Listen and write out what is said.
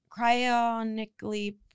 cryonically